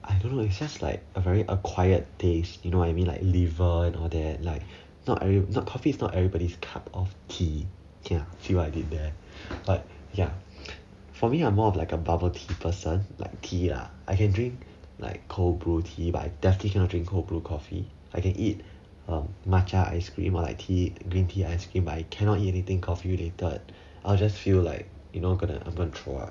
I don't know it's just like a very acquired taste you know what I mean like liver and all that like not not coffee is not everybody's cup of tea see what I did there like ya for me I'm more of like a bubble tea person like tea lah I can drink like cold brew tea but definitely cannot drink cold brew coffee I can eat uh matcha ice cream or like tea green tea ice cream I cannot eat anything coffee related I just feel like you know gonna I'm gonna throw up